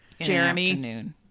Jeremy